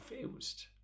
confused